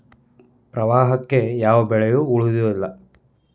ಪ್ರವಾಹಕ್ಕೆ ಯಾವ ಬೆಳೆಯು ಉಳಿಯುವುದಿಲ್ಲಾ